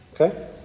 Okay